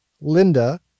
Linda